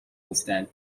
گفتند